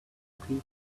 people